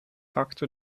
facto